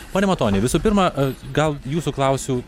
pone matoni visų pirma gal jūsų klausiu